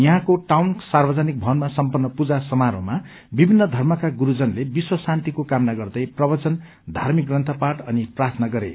यहाँको टाउन सार्वजनिक भवनमा सम्पन्न पूजा समारोहमा विभिन्न धर्मका गुरूजनले विश्वशान्तिको कामना गर्दै प्रवचन धार्मिक ग्रन्थ पाठ अनि प्रार्थना गरे